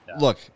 Look